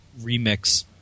remix